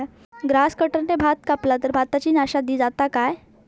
Grass कटराने भात कपला तर भाताची नाशादी जाता काय?